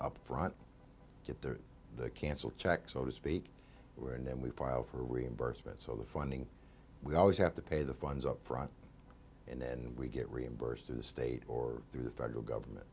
upfront get the cancelled check so to speak and then we file for reimbursement so the funding we always have to pay the funds upfront and then we get reimbursed through the state or through the federal government